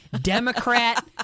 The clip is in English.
Democrat